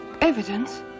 Evidence